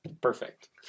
Perfect